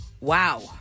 wow